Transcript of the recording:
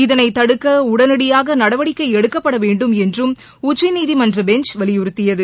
இதனை தடுக்க உடனடியாக நடவடிக்கை எடுக்கப்படவேண்டும் என்றும் உச்சநீதிமன்ற பெஞ்ச் வலியுறத்தியது